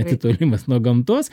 atitolimas nuo gamtos